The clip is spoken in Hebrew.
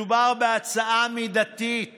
מדובר בהצעה מידתית